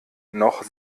noch